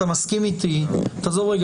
תעזוב רגע